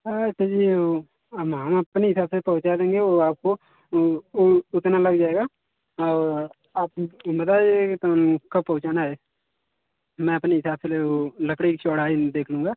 हाँ तो जी वो हम अपने हिसाब से पहुँचा देंगे वो आपको वो वो उतना लग जाएगा और आप बता दीजिए तो हम कब पहुँचाना है मैं अपने हिसाब से लकड़ी की चौड़ाई देख लूँगा